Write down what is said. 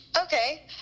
Okay